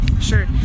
sure